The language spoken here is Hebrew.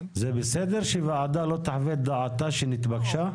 זה בסדר שוועדה לא תחווה דעתה שנתבקשה?